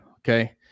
Okay